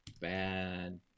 bad